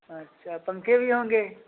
अच्छा पंखे भी होंगे